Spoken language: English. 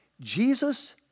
Jesus